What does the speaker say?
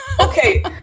Okay